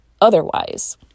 otherwise